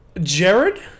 Jared